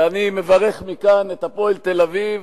ואני מברך מכאן את "הפועל תל-אביב"